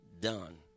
done